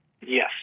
Yes